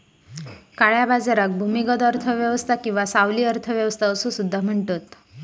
काळ्या बाजाराक भूमिगत अर्थ व्यवस्था किंवा सावली अर्थ व्यवस्था असो सुद्धा म्हणतत